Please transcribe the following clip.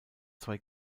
zwei